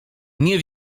nie